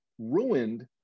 ruined